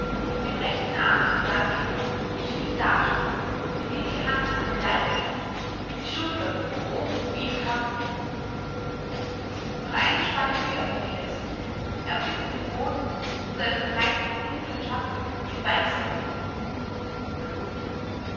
mit dem rechten arm an die wand gelehnt schief dastehen die linke hand an den leib gepreßt die schultern hoch oben wie im krampf noch eine spanne höher reckte er sich erblickte den boden und einen breiten dunklen schatten den weixler warf blut